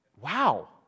Wow